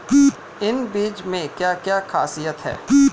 इन बीज में क्या क्या ख़ासियत है?